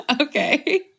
Okay